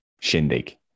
shindig